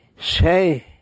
Say